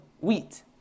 wheat